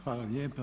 Hvala lijepo.